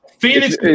Phoenix